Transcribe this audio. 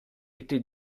été